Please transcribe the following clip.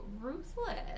ruthless